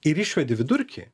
ir išvedi vidurkį